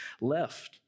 left